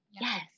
Yes